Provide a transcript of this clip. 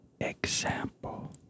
example